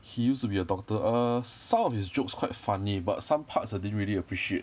he used to be a doctor err some of his jokes quite funny but some parts I didn't really appreciate